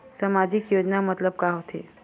सामजिक योजना मतलब का होथे?